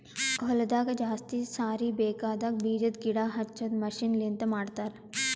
ಹೊಲದಾಗ ಜಾಸ್ತಿ ಸಾರಿ ಬೇಕಾಗದ್ ಬೀಜದ್ ಗಿಡ ಹಚ್ಚದು ಮಷೀನ್ ಲಿಂತ ಮಾಡತರ್